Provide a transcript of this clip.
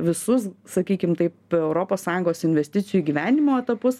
visus sakykim taip europos sąjungos investicijų gyvenimo etapus